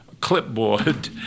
clipboard